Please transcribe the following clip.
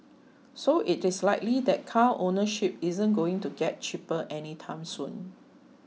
so it is likely that car ownership isn't going to get cheaper anytime soon